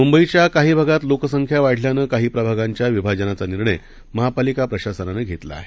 मुंबईच्याकाहीभागातलोकसंख्यावाढल्यानंकाहीप्रभागांच्याविभाजनाचानिर्णयमहापालिकाप्रशासनानंघेतलाआहे